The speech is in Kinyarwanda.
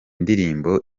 ndirimbo